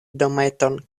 dometon